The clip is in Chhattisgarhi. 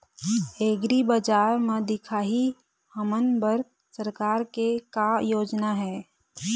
एग्रीबजार म दिखाही हमन बर सरकार के का योजना हे?